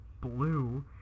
blue